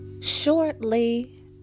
Shortly